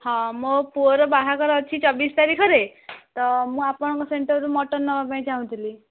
ହଁ ମୋ ପୁଅର ବାହାଘର ଅଛି ଚବିଶ ତାରିଖରେ ତ ମୁଁ ଆପଣଙ୍କ ସେଣ୍ଟରରୁ ମଟନ୍ ନେବା ପାଇଁ ଚାହୁଁଥିଲି